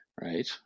right